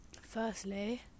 firstly